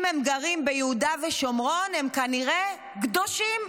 אם הם גרים ביהודה ושומרון הם כנראה קדושים.